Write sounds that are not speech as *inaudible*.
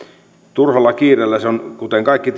turhalla kiireellä kuten kaikki *unintelligible*